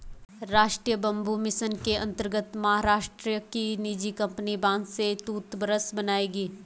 राष्ट्रीय bamboo mission के अंतर्गत महाराष्ट्र की निजी कंपनी बांस से टूथब्रश बनाएगी